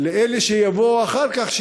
לאלה שיבואו אחר כך,